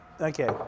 okay